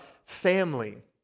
family